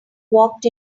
walked